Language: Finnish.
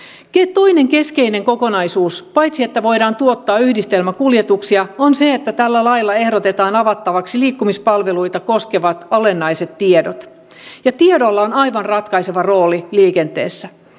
toinen keskeinen kokonaisuus paitsi että voidaan tuottaa yhdistelmäkuljetuksia on se että tällä lailla ehdotetaan avattavaksi liikkumispalveluita koskevat olennaiset tiedot tiedolla on aivan ratkaiseva rooli liikenteessä